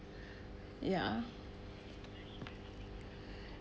ya